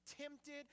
tempted